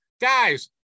Guys